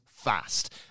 Fast